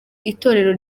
itorero